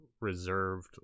reserved